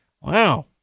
Wow